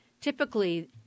Typically